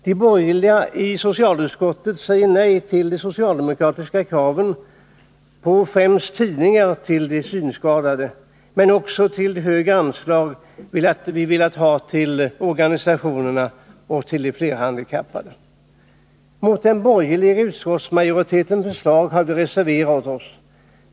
De borgerliga i socialutskottet säger nej till de socialdemokratiska kraven, främst till förslaget om tidningar till de synskadade men också till de högre anslag vi velat ha till organisationerna och de flerhandikappade. Mot den borgerliga utskottsmajoritetens förslag har vi reserverat oss.